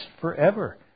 forever